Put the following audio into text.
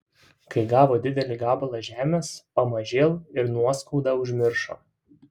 kai gavo didelį gabalą žemės pamažėl ir nuoskaudą užmiršo